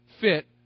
fit